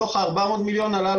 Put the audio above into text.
מתוך ה-400 מיליון שקלים,